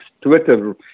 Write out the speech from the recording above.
Twitter